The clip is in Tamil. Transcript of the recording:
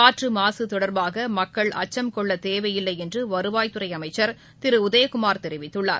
காற்று மாசு தொடர்பாக மக்கள் அச்சம் கொள்ளத் தேவையில்லை என்று வருவாய் துறை அமைச்சர் திரு உதயகுமார் தெரிவித்துள்ளார்